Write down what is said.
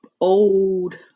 old